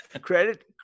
Credit